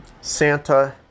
Santa